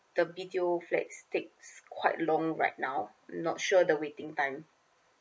the video flats takes quite long right now not sure the waiting time